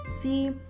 See